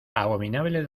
abominable